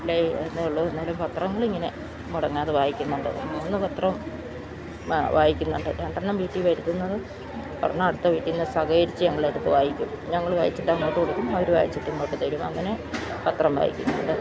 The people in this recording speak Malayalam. എന്നാലും പത്രങ്ങളിങ്ങനെ മുടങ്ങാതെ വായിക്കുന്നുണ്ട് മൂന്ന് പത്രം ആ വായിക്കുന്നുണ്ട് രണ്ടെണ്ണം വീട്ടില് വരുത്തുന്നത് ഒരെണ്ണം അടുത്ത വീട്ടില് നിന്ന് സഹകരിച്ച് ഞങ്ങളത് വായിക്കും ഞങ്ങള് വായിച്ചിട്ടങ്ങോട്ട് കൊടുക്കും അവര് വായിച്ചിട്ടിങ്ങോട്ട് തരും അങ്ങനെ പത്രം വായിക്കുന്നുണ്ട്